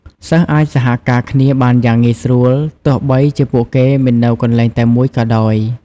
សិស្សអាចសហការគ្នាបានយ៉ាងងាយស្រួល ទោះបីជាពួកគេមិននៅកន្លែងតែមួយក៏ដោយ។